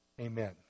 Amen